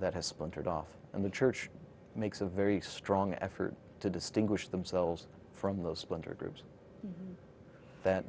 that has splintered off and the church makes a very strong effort to distinguish themselves from those splinter groups that